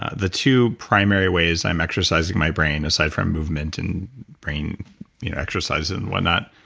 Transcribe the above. the two primary ways i'm exercising my brain aside from movement and brain exercises and what not,